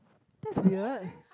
that's weird